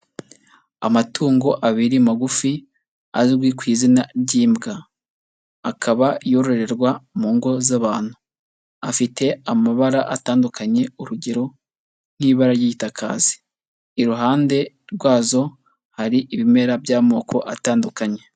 Amatungo abiri magufi, azwi ku izina ry'imbwa, akaba yororerwa mu ngo z'abantu, afite amabara atandukanye urugero nk'ibara ry'itaka hasi, iruhande rwazo hari ibimera by'amoko atandukanye.